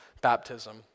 baptism